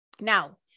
Now